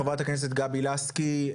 חברת הכנסת גבי לסקי,